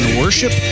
worship